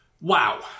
Wow